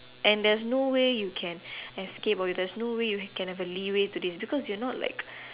and there's no way you can escape or is there's no way you can have a Leeway to this because it's not like